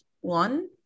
One